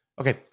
Okay